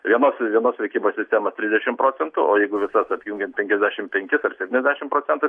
vienos vienos prekybos sistema trisdešim procentų o jeigu visas apjungiant penkiasdešim penkis ar septyniasdešim procentų